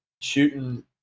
shooting